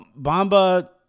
Bamba